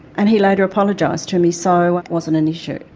and he later apologised to me, so it wasn't an issue.